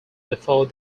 before